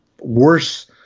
Worse